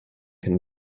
can